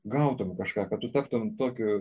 gautum kažką kad taptum tokiu